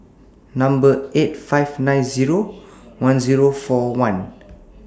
eight five nine Zero one Zero four one